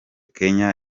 kenya